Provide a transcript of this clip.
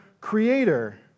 creator